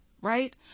right